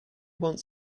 want